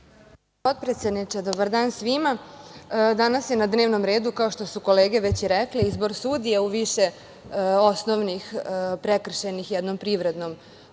potpredsedniče, dobar dan svima. Danas je na dnevnom redu, kao što su kolege već rekle, izbor sudija u više osnovnih prekršajnih i jednom privrednom sudu